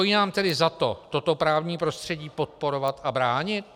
Stojí nám tedy za to toto právní prostředí podporovat a bránit?